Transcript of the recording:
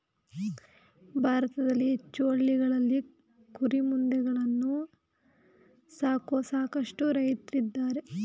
ಭಾರತದಲ್ಲಿ ಹೆಚ್ಚು ಹಳ್ಳಿಗಳಲ್ಲಿ ಕುರಿಮಂದೆಗಳನ್ನು ಸಾಕುವ ಸಾಕಷ್ಟು ರೈತ್ರಿದ್ದಾರೆ